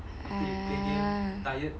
ah